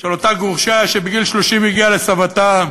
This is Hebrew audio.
של אותה גרושה שבגיל 30 הגיעה לסבתה,